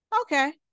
Okay